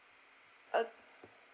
ugh